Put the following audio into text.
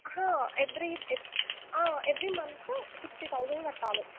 every every every month sixty thousand కట్టాలి